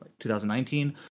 2019